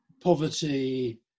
poverty